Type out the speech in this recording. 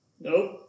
Nope